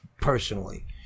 personally